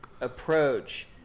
approach